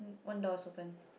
one doors open